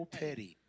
petty